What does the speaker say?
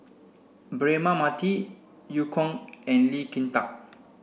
Braema Mathi Eu Kong and Lee Kin Tat